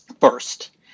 first